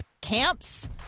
Camps